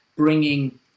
bringing